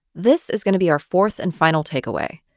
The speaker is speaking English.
this is going to be our fourth and final takeaway.